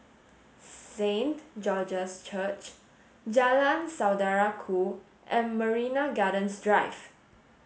Saint George's Church Jalan Saudara Ku and Marina Gardens Drive